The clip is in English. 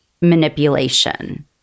manipulation